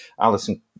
Allison